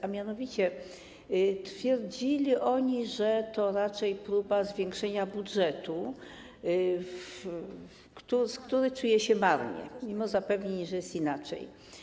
A mianowicie twierdzili oni, że to raczej próba zwiększenia budżetu, który czuje się marnie mimo zapewnień, że jest inaczej.